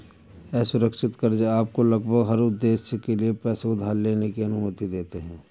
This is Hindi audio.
असुरक्षित कर्ज़ आपको लगभग हर उद्देश्य के लिए पैसे उधार लेने की अनुमति देते हैं